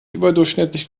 überdurchschnittlich